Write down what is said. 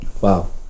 Wow